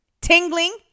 Tingling